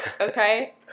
okay